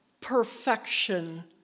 perfection